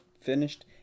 finished